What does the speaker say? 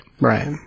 Right